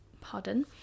pardon